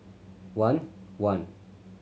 one one